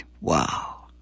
Wow